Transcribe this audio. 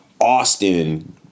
Austin